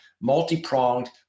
multi-pronged